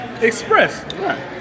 Express